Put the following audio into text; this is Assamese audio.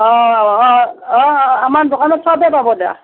অঁ অঁ অঁ আমাৰ দোকানত চবেই পাব দিয়ক